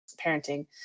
parenting